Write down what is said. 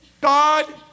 God